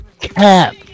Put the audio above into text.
Cap